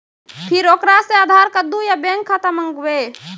फिर ओकरा से आधार कद्दू या बैंक खाता माँगबै?